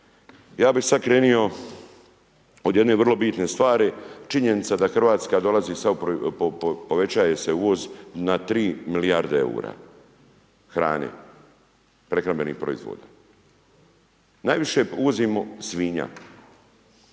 Ja bi sad krenuo od jedne vrlo bitne stvari, činjenica da Hrvatska dolazi, povećava se uvoz na 3 milijarde eura hrane, prehrambenih proizvoda. Najviše uvozimo svinja.